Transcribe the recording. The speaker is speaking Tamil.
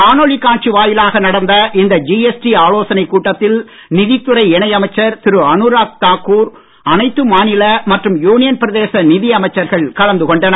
காணொளி காட்சி வாயிலாக நடந்த இந்த ஜிஎஸ்டி ஆலோசனைக் கூட்டத்தில் நிதி துறை இணை அமைச்சர் திரு அனுராக் தாக்கூர் அனைத்து மாநில மற்றும் யூனியன் பிரதேச நிதி அமைச்சர்கள் கலந்து கொண்டனர்